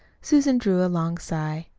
susan drew a long sigh.